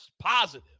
positive